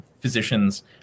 physicians